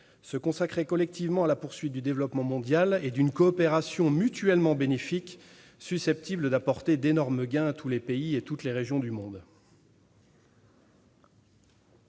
se consacrer collectivement à la poursuite du développement mondial et d'une coopération mutuellement bénéfique, susceptibles d'apporter d'énormes gains à tous les pays et toutes les régions du monde